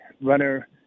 runner